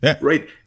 Right